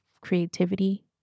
creativity